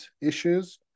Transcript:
issues